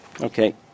Okay